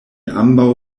ambaŭ